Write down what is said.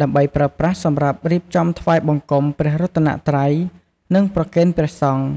ដើម្បីប្រើប្រាស់សម្រាប់រៀបចំថ្វាយបង្គំព្រះរតនត្រ័យ និងប្រគេនព្រះសង្ឃ។